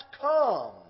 come